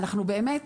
אנחנו באמת,